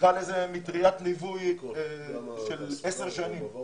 נקרא לזה מטריית ליווי של עשר שנים